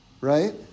Right